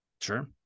Sure